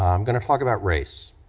i'm gonna talk about race.